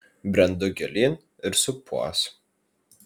brendu gilyn ir supuos